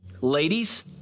ladies